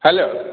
hello